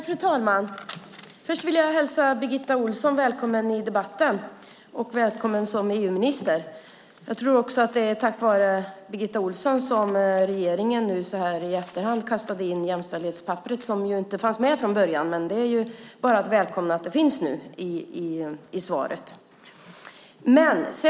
Fru talman! Först vill jag hälsa Birgitta Ohlsson välkommen i debatten och välkommen som EU-minister. Jag tror att det är tack vare Birgitta Ohlsson som regeringen nu så här i efterhand har kastat in jämställdhetspapperet som inte fanns med från början. Men det är bara att välkomna att det finns nu i svaret.